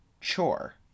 chore